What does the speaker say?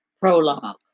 Prologue